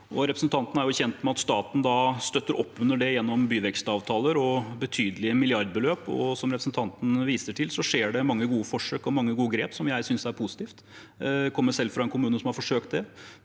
Representanten er kjent med at staten støtter opp under det gjennom byvekstavtaler og betydelige milliardbeløp, og som representanten viser til, skjer det mange gode forsøk og mange gode grep, noe jeg synes er positivt. Jeg kommer selv fra en kommune som har forsøkt det,